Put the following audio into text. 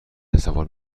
تصور